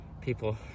people